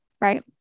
right